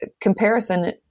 comparison